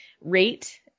rate